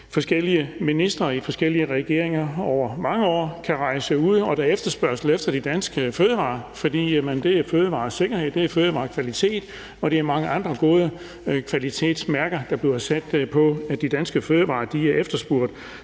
forskellige ministre i forskellige regeringer over mange år kan rejse ud og se, at der er efterspørgsel efter de danske fødevarer. Det handler om fødevaresikkerhed, fødevarekvalitet og mange andre gode kvalitetsmærker, der bliver sat på de danske fødevarer. De er efterspurgt.